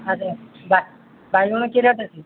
ଆରେ ବା ବାଇଗଣ କି ରେଟ୍ ଅଛି